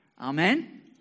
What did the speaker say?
Amen